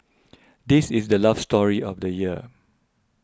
this is the love story of the year